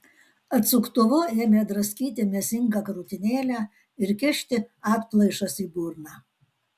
atsuktuvu ėmė draskyti mėsingą krūtinėlę ir kišti atplaišas į burną